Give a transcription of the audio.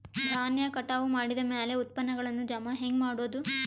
ಧಾನ್ಯ ಕಟಾವು ಮಾಡಿದ ಮ್ಯಾಲೆ ಉತ್ಪನ್ನಗಳನ್ನು ಜಮಾ ಹೆಂಗ ಮಾಡೋದು?